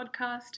podcast